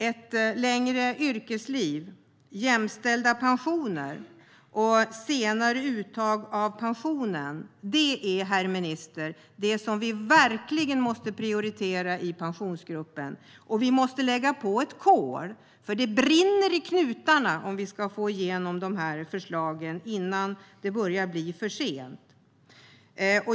Ett längre yrkesliv, jämställda pensioner och senare uttag av pensionen är, fru minister, det som vi verkligen måste prioritera i Pensionsgruppen. Vi måste lägga på ett kol, för det brinner i knutarna om vi ska få igenom förslagen innan det börjar bli för sent.